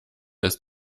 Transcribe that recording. ist